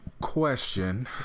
question